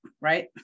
right